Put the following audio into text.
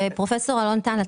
במיוחד פרופסור אלון טל.